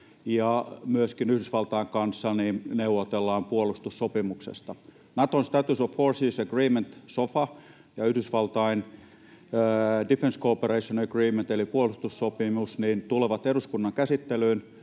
myöskin Yhdysvaltain kanssa neuvotellaan puolustussopimuksesta. Naton status of forces agreement, eli sofa, ja Yhdysvaltain defense cooperation agreement, eli puolustussopimus, tu-levat eduskunnan käsittelyyn.